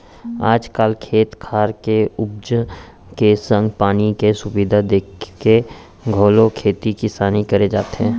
आज काल खेत खार के उपज के संग पानी के सुबिधा देखके घलौ खेती किसानी करे जाथे